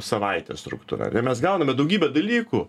savaitės struktūra ar ne mes gauname daugybę dalykų